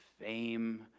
fame